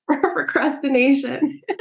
Procrastination